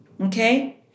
okay